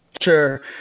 Sure